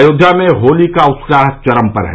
अयोध्या में होली का उत्साह चरम पर है